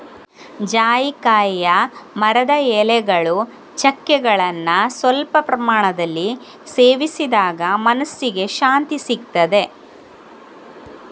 ಜಾಯಿಕಾಯಿಯ ಮರದ ಎಲೆಗಳು, ಚಕ್ಕೆಗಳನ್ನ ಸ್ವಲ್ಪ ಪ್ರಮಾಣದಲ್ಲಿ ಸೇವಿಸಿದಾಗ ಮನಸ್ಸಿಗೆ ಶಾಂತಿಸಿಗ್ತದೆ